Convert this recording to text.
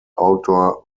outdoor